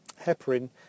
heparin